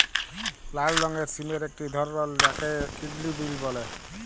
লাল রঙের সিমের একটি ধরল যাকে কিডলি বিল বল্যে